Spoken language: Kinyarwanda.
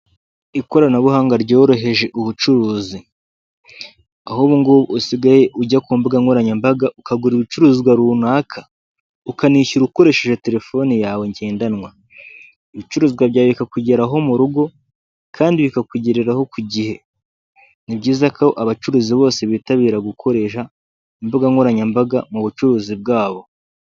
Ikoranabuhanga ryoroheje ubucuruzi. Aho ubungubu usigaye ujya ku mbuga nkoranyambaga ukagura ibicuruzwa runaka, ukanishyura ukoresheje telefone yawe ngendanwa. Ibicuruzwa byawe bikakugeraho mu rugo, kandi bikakugereraho ku gihe. Ni byiza ko abacuruzi bose bitabira gukoresha imbuga nkoranyambaga mu bucuruzi bwabo.